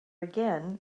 again